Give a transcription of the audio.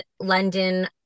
London